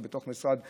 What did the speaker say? או במשרד התחבורה.